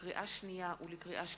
לקריאה שנייה ולקריאה שלישית,